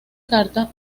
carta